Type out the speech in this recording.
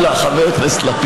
אנחנו מדברים על נשים,